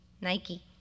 nike